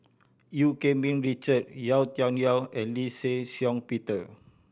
Eu Keng Mun Richard Yau Tian Yau and Lee Shih Shiong Peter